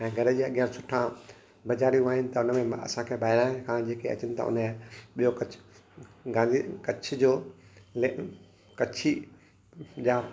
ऐं घर जे अॻियां सुठा बज़ारियूं आहिनि त उन में असांखे ॿाहिरां खां जेके अचनि था उन जा ॿियो कच्छ गांधी कच्छ जो ले कच्छी जा